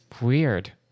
weird